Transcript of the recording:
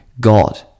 God